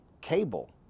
cable